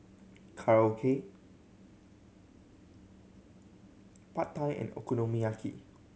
Korokke Pad Thai and Okonomiyaki